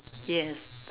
yes